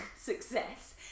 success